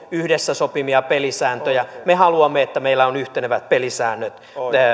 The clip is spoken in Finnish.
yhdessä sopimia pelisääntöjä me haluamme että meillä on yhtenevät pelisäännöt